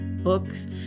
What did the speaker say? books